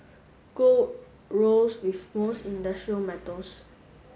gold rose with most industrial metals